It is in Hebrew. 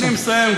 אני מסיים,